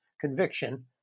conviction